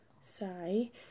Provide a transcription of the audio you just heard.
say